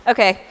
Okay